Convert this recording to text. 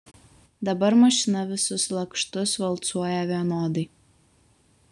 dabar mašina visus lakštus valcuoja vienodai